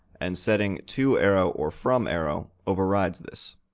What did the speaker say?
and setting toarrow or fromarrow overrides this.